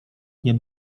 nie